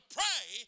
pray